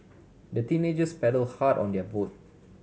the teenagers paddle hard on their boat